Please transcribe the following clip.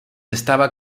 estaba